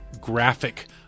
graphic